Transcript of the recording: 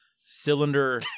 cylinder